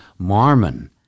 marmon